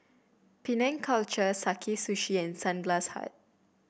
Penang Culture Sakae Sushi and Sunglass Hut